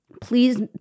Please